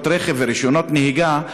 רישיונות רכב ורישיונות נהיגה,